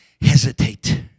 hesitate